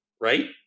Right